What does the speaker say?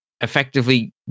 effectively